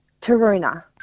Taruna